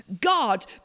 God